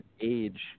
age